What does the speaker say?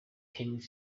tennis